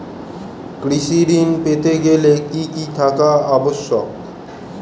কৃষি ঋণ পেতে গেলে কি কি থাকা আবশ্যক?